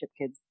kids